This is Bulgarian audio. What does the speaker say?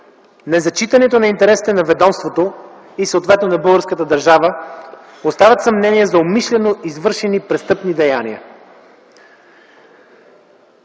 незачитането на интересите на ведомството, съответно на държавата, оставят съмнения за умишлено извършени престъпни деяния.